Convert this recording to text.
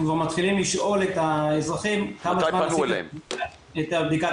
כבר מתחילים לשאול את האזרחים לפני כמה זמן עשית את בדיקת